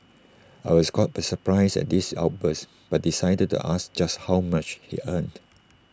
I was caught by surprise at his outburst but decided to ask just how much he earned